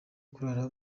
kurara